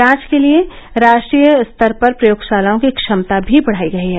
जांच के लिए राष्ट्रीय स्तर पर प्रयोगशालाओं की क्षमता भी बढाई गई है